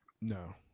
No